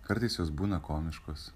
kartais jos būna komiškos